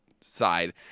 side